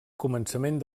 començament